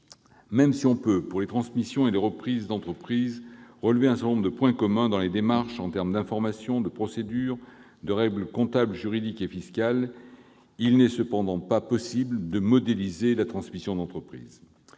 Même si, pour les transmissions et les reprises d'entreprise, on peut relever un certain nombre de points communs dans les démarches en termes d'informations, de procédures, de règles comptables juridiques et fiscales, il n'est pas possible de modéliser la transmission d'entreprise.